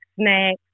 snacks